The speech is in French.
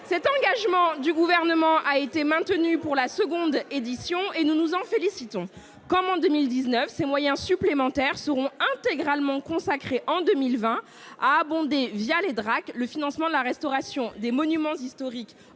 Cet engagement du Gouvernement a été maintenu pour la seconde édition et nous nous en félicitons. Comme en 2019, ces moyens supplémentaires seront intégralement consacrés, en 2020, à abonder, via les directions régionales des affaires